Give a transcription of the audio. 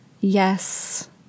Yes